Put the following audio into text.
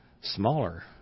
smaller